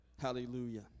Hallelujah